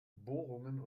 bohrungen